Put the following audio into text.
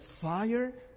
fire